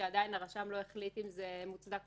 אנחנו רוצים לדעת אם הם טובי לב,